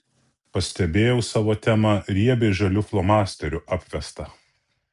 pastebėjau savo temą riebiai žaliu flomasteriu apvestą